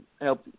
help